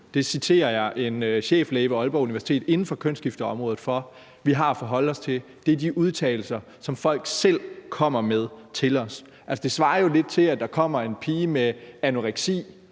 det citerer jeg en cheflæge ved Aalborg Universitetshospital inden for kønsskifteområdet for – vi har at forholde os til, er de udtalelser, som folk selv kommer med til os. Altså, det svarer jo lidt til, at der kommer en pige med anoreksi,